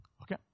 Okay